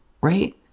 right